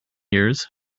years